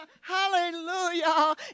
hallelujah